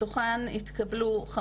מתוכן התקבלו,